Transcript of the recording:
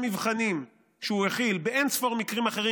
מבחנים שהוא החיל באין-ספור מקרים אחרים,